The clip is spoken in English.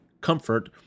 comfort